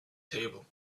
table